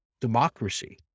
democracy